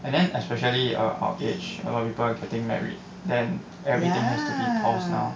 and then especially our our age a lot of people getting married then everything has to be paused now